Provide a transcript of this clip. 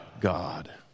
God